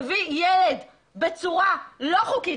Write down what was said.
מביא ילד בצורה לא חוקית.